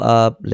up